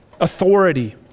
authority